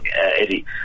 Eddie